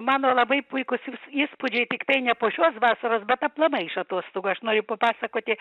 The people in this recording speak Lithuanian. mano labai puikūs įs įspūdžiai tiktai ne po šios vasaros bet aplamai iš atostogų aš noriu papasakoti